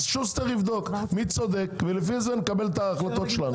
שוסטר יבדוק מי צודק ולפי זה נקבל את ההחלטות.